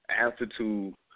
Attitude